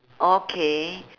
okay